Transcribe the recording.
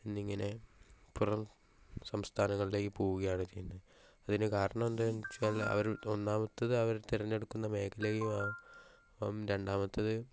എന്നിങ്ങനെ പുറം സംസ്ഥാനങ്ങളിലേക്ക് പോകുകയാണ് ചെയ്യുന്നത് അതിന് കാരണം എന്നുവെച്ചാൽ അവർ ഒന്നാമത്തത് അവർ തിരഞ്ഞെടുക്കുന്ന മേഖലയും ആണ് രണ്ടാമത്തത്